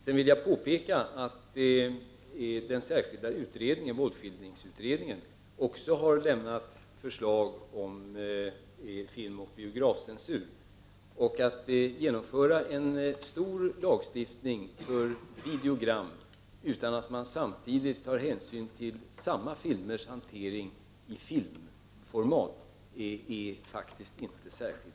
Sedan vill jag påpeka att den särskilda utredningen, våldsskildringsutred ningen, också har lämnat förslag om filmoch biografcensur. Att genomföra en stor lagstiftning för videogram utan att man samtidigt tar hänsyn till samma filmers hantering i filmformat är faktiskt inte lämpligt.